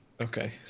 Okay